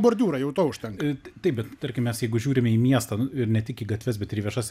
bordiūrai jau to užtenka taip bet tarkim mes jeigu žiūrime į miestą nu ir ne tik į gatves bet ir į viešas